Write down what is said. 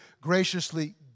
graciously